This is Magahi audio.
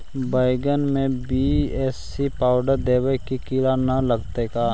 बैगन में बी.ए.सी पाउडर देबे से किड़ा न लगतै का?